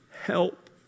Help